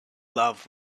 love